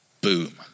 Boom